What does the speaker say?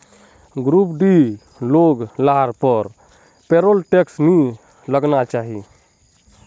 group डीर लोग लार पर पेरोल टैक्स नी लगना चाहि